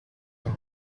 from